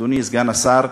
אדוני סגן השר,